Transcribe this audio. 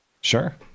Sure